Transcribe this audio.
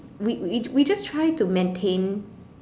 we we we just try to maintain